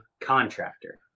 contractor